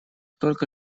только